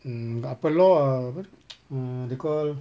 mm apa law err apa uh they call